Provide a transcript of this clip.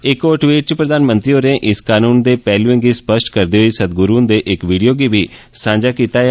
इक होर ट्वीट चं प्रघानमंत्री होरें इस कनून दे पैहलुए गी साफ करदे होई सदगुरू हुंदे इक विडियो गी सांझा कीता ऐ